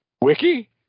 wiki